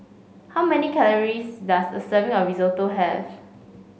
how many calories does a serving of Risotto have